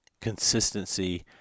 consistency